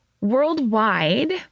Worldwide